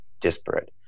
disparate